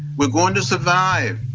we're going to survive.